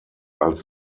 als